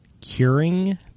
Curing